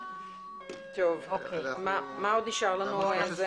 מה עוד נשאר לנו?